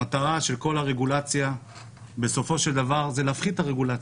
המטרה של כל הרגולציה היא להפחית את הרגולציה.